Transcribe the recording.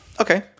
Okay